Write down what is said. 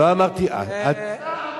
לא אמרתי ערבים.